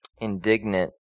indignant